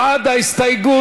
הרצוג,